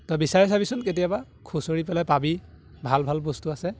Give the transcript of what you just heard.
তই বিচাৰি চাবিচোন কেতিয়াবা খুচৰি পেলাই পাবি ভাল ভাল বস্তু আছে